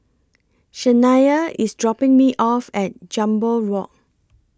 Shania IS dropping Me off At Jambol Walk